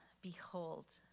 behold